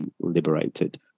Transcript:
liberated